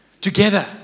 Together